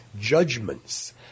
Judgments